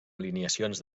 alineacions